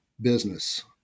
business